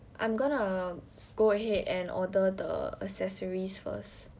I'm gonna go ahead and order the accessories first